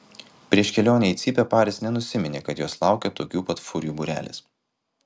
prieš kelionę į cypę paris nenusiminė kad jos laukia tokių pat furijų būrelis